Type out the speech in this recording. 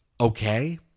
okay